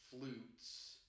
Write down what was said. flutes